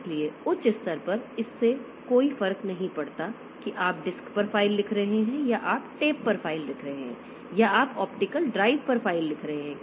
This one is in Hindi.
इसलिए उच्च स्तर पर इससे कोई फर्क नहीं पड़ता कि आप डिस्क पर फ़ाइल लिख रहे हैं या आप टेप पर फ़ाइल लिख रहे हैं या आप ऑप्टिकल ड्राइव पर फ़ाइल लिख रहे हैं